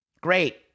Great